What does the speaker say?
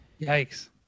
Yikes